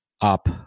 up